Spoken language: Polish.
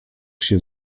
znów